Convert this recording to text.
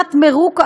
בבחינת מירוק עברו,